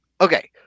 Okay